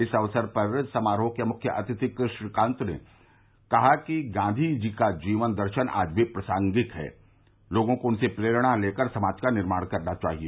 इस अवसर पर समारोह के मुख्य अतिथि कृष्णकांत ने कहा कि गांधी जी का जीवन दर्शन आज भी प्रासंगिक है लोर्गो को उससे प्रेरणा लेकर समाज का निर्माण करना चाहिए